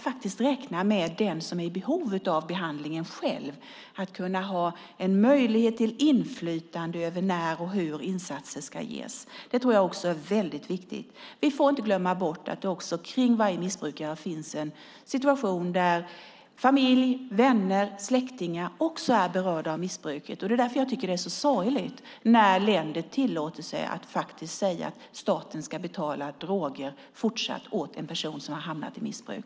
Att den som är i behov av behandlingen själv kan ha möjlighet till inflytande över när och hur insatser ska ges tror jag också är väldigt viktigt. Vi får inte heller glömma bort att det kring varje missbrukare finns en situation där familj, vänner och släktingar också är berörda av missbruket. Det är därför jag tycker att det är så sorgligt när länder tillåter sig att säga att staten fortsatt ska betala droger åt en person som har hamnat i missbruk.